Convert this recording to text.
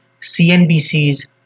CNBC's